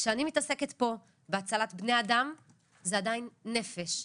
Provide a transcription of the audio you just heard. כשאני מתעסקת פה בהצלת בני אדם, זה עדיין נפש.